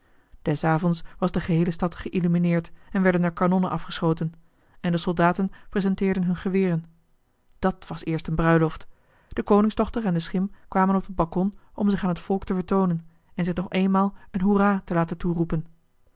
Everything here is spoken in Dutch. des avonds was de geheele stad geïllumineerd en werden er kanonnen afgeschoten en de soldaten presenteerden hun geweren dat was eerst een bruiloft de koningsdochter en de schim kwamen op het balkon om zich aan het volk te vertoonen en zich nog eenmaal een hoera te laten toeroepen